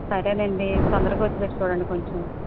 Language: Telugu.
సరేనండి తొందరగా వచ్చేటట్టు చూడండి కొంచెం